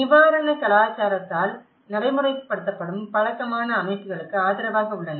நிவாரண கலாச்சாரத்தால் நடைமுறைப்படுத்தப்படும் பழக்கமான அமைப்புகளுக்கு ஆதரவாக உள்ளன